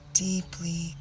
Deeply